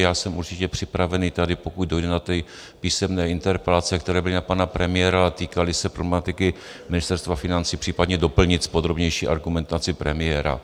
Já jsem určitě připravený tady, pokud dojde na ty písemné interpelace, které byly na pana premiéra a týkaly se problematiky Ministerstva financí, případně doplnit s podrobnější argumentací premiéra.